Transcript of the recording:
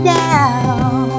down